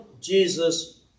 Jesus